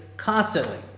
Constantly